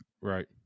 Right